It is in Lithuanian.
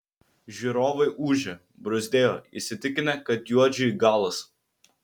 žiūrovai ūžė bruzdėjo įsitikinę kad juodžiui galas